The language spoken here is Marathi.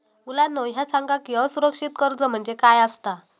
मुलांनो ह्या सांगा की असुरक्षित कर्ज म्हणजे काय आसता?